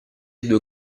due